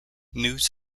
news